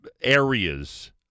areas